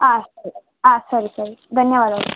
ಆಂ ಸರಿ ಆಂ ಸರಿ ಸರಿ ಧನ್ಯವಾದಗಳು